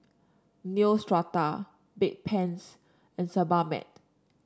Neostrata Bedpans and Sebamed